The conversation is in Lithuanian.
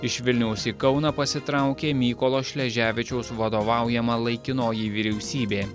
iš vilniaus į kauną pasitraukė mykolo šleževičiaus vadovaujama laikinoji vyriausybė